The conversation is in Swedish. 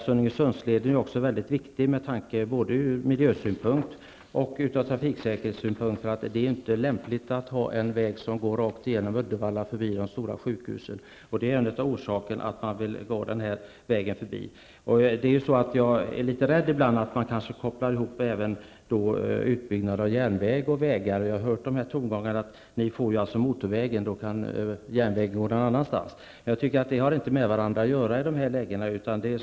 Sunningesundsleden är också mycket viktig ur både miljösynpunkt och trafiksäkerhetssynpunkt, eftersom det inte är lämpligt att ha en väg som går rakt igenom Uddevalla förbi de stora sjukhusen. Det är en av orsakerna till att man vill låta vägen gå förbi. Jag är ibland litet rädd för att man kopplar ihop utbyggnad av järnvägar och vägar. Jag har hört tongångar som innebär att om man får motorvägen kan järnvägen gå någon annanstans. Jag anser att dessa saker inte har med varandra att göra i detta sammanhang.